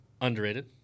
Underrated